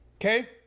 Okay